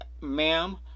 ma'am